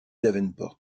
davenport